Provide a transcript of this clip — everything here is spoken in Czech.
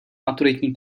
maturitní